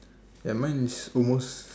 ya mine is almost